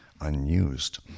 unused